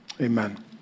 amen